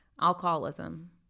alcoholism